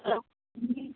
तर तुम्ही